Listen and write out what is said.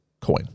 coin